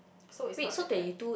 so is not that bad